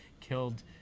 killed